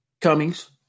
Cummings